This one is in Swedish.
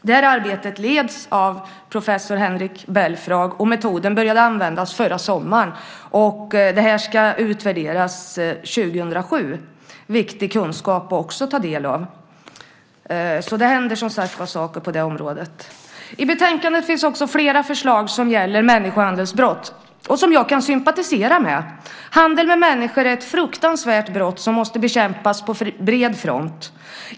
Det arbetet leds av professor Henrik Belfrage, och metoden började användas förra sommaren. Den ska utvärderas 2007. Det är också viktig kunskap att ta del av. Det händer som sagt var saker på det området. I betänkandet finns flera förslag som gäller människohandelsbrott och som jag kan sympatisera med. Handel med människor är ett fruktansvärt brott som måste bekämpas på bred front.